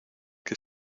que